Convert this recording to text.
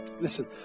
Listen